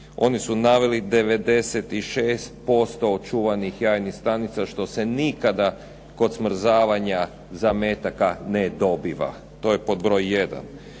Oni su naveli 96% očuvanih jajnih stanica, što se nikada kod smrzavanja zametaka ne dobiva. To je pod broj